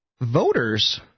voters